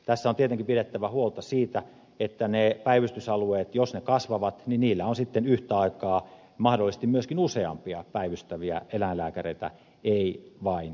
tässä on tietenkin pidettävä huolta siitä että niillä päivystysalueilla jos ne kasvavat on sitten yhtä aikaa mahdollisesti myöskin useampia päivystäviä eläinlääkäreitä ei vain yhtä